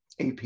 AP